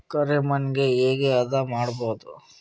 ಕರಿ ಮಣ್ಣಗೆ ಹೇಗೆ ಹದಾ ಮಾಡುದು?